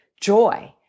joy